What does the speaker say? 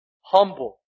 humble